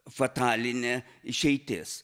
fatalinė išeitis